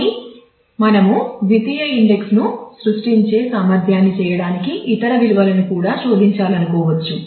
కానీ మనము ద్వితీయ ఇండెక్స్ ను సృష్టించే సామర్థ్యాన్ని చేయడానికి ఇతర విలువలను కూడా శోధించాలనుకోవచ్చు